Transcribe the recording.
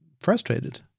frustrated